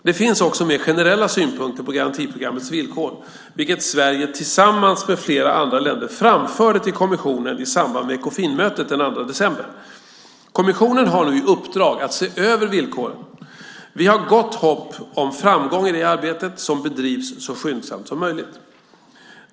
Det finns också mer generella synpunkter på garantiprogrammets villkor, vilket Sverige tillsammans med flera andra länder framförde till kommissionen i samband med Ekofinmötet den 2 december. Kommissionen har nu i uppdrag att se över villkoren. Vi har gott hopp om framgång i det arbetet som bedrivs så skyndsamt som möjligt.